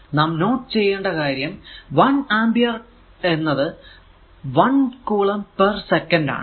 നാം നോട്ട് ചെയ്യേണ്ട കാര്യം 1 അമ്പിയർ എന്നത് 1 കുളം പേർ സെക്കന്റ് ആണ്